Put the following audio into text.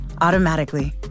automatically